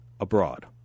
abroad